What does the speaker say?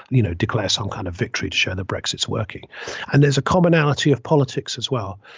you know, declare some kind of victory, show the brexit is working and there's a commonality of politics as well.